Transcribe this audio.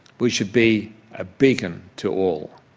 we should be a beacon to all.